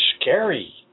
scary